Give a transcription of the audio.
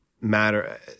matter